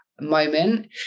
moment